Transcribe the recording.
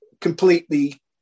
Completely